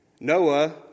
Noah